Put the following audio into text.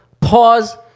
pause